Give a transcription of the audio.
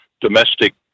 domestic